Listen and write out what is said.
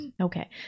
Okay